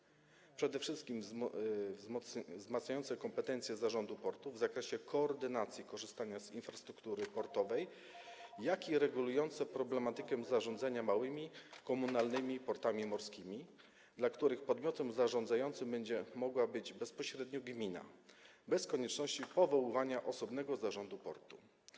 Zmiany wzmacniają przede wszystkim kompetencje zarządów portów w zakresie koordynacji korzystania z infrastruktury portowej, jak również regulują problematykę zarządzania małymi, komunalnymi portami morskimi, dla których podmiotem zarządzającym będzie mogła zostać bezpośrednio gmina, bez konieczności powoływania osobnego zarządu portu.